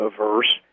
averse